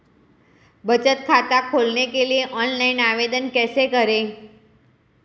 बचत खाता खोलने के लिए ऑनलाइन आवेदन कैसे करें?